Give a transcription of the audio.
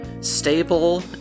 stable